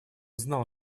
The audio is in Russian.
знал